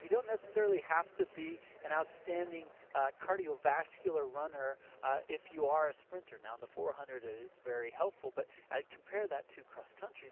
you don't necessarily have to be an outstanding cardiovascular runner if you are a sprinter. now, in the four hundred it is very helpful, but compare that to cross country,